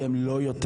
לא יורת.